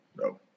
no